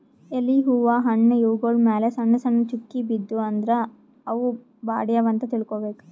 ಎಲಿ ಹೂವಾ ಹಣ್ಣ್ ಇವ್ಗೊಳ್ ಮ್ಯಾಲ್ ಸಣ್ಣ್ ಸಣ್ಣ್ ಚುಕ್ಕಿ ಬಿದ್ದೂ ಅಂದ್ರ ಅವ್ ಬಾಡ್ಯಾವ್ ಅಂತ್ ತಿಳ್ಕೊಬೇಕ್